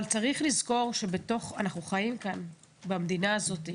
אבל צריך לזכור שאנחנו חיים במדינה הזאת,